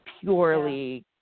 purely